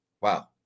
Wow